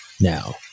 Now